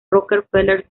rockefeller